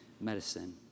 medicine